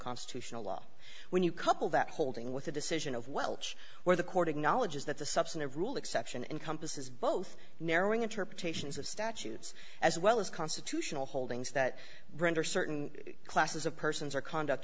constitutional law when you couple that holding with a decision of welsh where the court acknowledges that the substantive rule exception encompasses both narrowing interpretations of statutes as well as constitutional holdings that render certain classes of persons or conduct